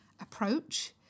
approach